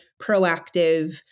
proactive